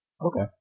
Okay